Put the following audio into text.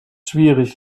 schwierig